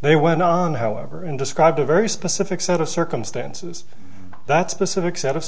they went on however and described a very specific set of circumstances that specific set of